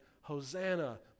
Hosanna